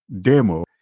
demo